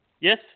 Yes